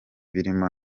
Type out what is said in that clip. birimo